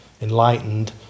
enlightened